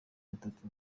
batatu